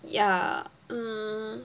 ya